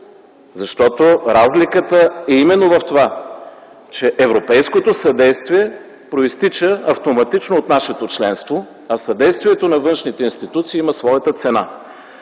Защото разликата е именно в това, че европейското съдействие произтича автоматично от нашето членство, а съдействието на външните институции има своята цена.